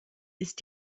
ist